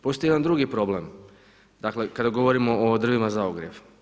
Postoji jedan drugi problem, dakle, kada govorimo o drvima za ogrjev.